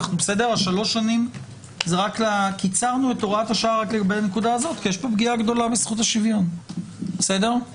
אני לא אפגע בעיקרון השוויון בלי הסיפור הזה.